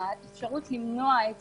ובאפשרות למנוע את